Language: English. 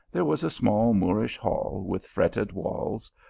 there was a small moorish hall, with fretted walls,